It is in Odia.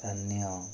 ଧନ୍ୟ